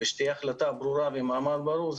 ושתהיה החלטה ברורה ומעמד ברור,